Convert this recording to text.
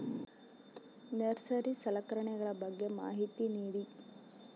Nursery ಸಲಕರಣೆಗಳ ಬಗ್ಗೆ ಮಾಹಿತಿ ನೇಡಿ?